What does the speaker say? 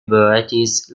varieties